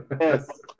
Yes